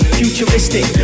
futuristic